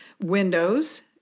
windows